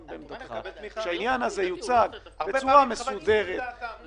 בעמדתך כשהעניין הזה יוצג בצורה מסודרת,